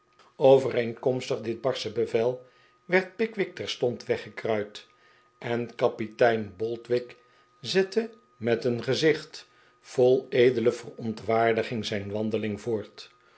overeenkomstig dit barsche bevel werd pickwick terstond weggekruid en kapitein boldwig zette met een gezicht vol edele verontwaardiging zijn wandeling voort